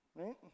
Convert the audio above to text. right